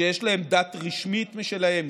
שיש להן דת רשמית משלהן,